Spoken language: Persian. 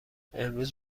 امروز